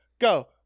go